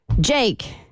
Jake